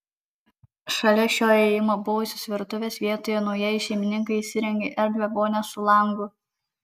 šalia šio įėjimo buvusios virtuvės vietoje naujieji šeimininkai įsirengė erdvią vonią su langu